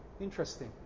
Interesting